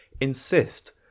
insist